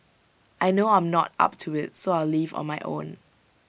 I know I'm not up to IT so I will leave on my own